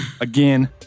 Again